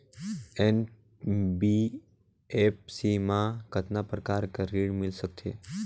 NBFC मा कतना प्रकार कर ऋण मिल सकथे?